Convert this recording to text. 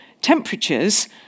Temperatures